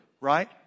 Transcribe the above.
Right